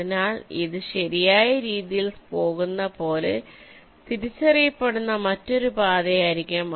അതിനാൽ ഇത് ശരിയായ രീതിയിൽ പോകുന്നതുപോലെ തിരിച്ചറിയപ്പെടുന്ന മറ്റൊരു പാതയായിരിക്കും